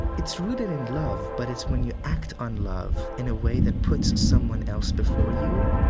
it's rooted in love, but it's when you act on love in a way that puts someone else before you.